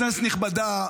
כנסת נכבדה,